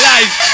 Life